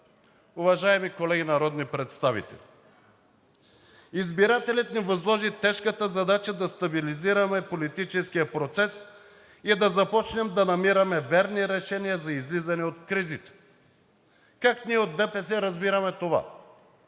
Уважаеми колеги народни представители! Избирателят ни възложи тежката задача да стабилизираме политическия процес и да започнем да намираме верни решения за излизане от кризите. Как ние от ДПС разбираме това?